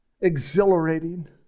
exhilarating